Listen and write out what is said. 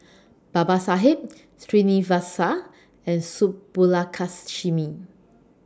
Babasaheb Srinivasa and Subbulakshmi